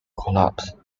collapsed